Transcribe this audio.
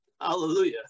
Hallelujah